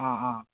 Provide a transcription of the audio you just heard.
ആ ആ